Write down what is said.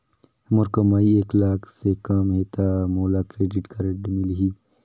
मोर कमाई एक लाख ले कम है ता मोला क्रेडिट कारड मिल ही?